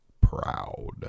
proud